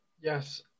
Yes